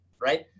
right